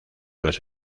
las